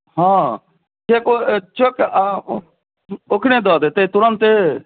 हँ चेको चेक ओकरे दऽ देतै तुरन्ते